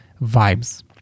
vibes